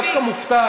אני דווקא מופתע.